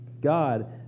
God